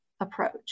approach